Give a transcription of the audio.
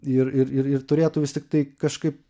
ir ir ir turėtų vis tiktai kažkaip